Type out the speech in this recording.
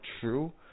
true